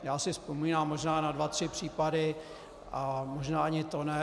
Já si vzpomínám možná na dva tři případy, a možná ani to ne.